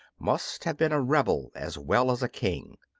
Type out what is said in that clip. must have been a rebel as well as a king.